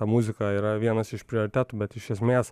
ta muzika yra vienas iš prioritetų bet iš esmės